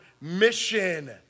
mission